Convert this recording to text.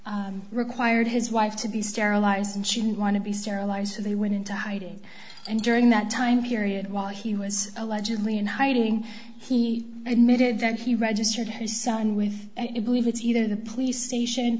office required his wife to be sterilized and she didn't want to be sterilized so they went into hiding and during that time period while he was allegedly in hiding he admitted that he registered her son with either the police station